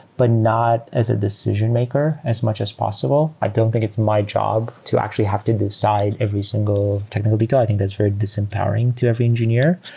but not as a decision-maker as much as possible i don't think it's my job to actually have to decide every single technical detail. i think that's disempowering to every engineer.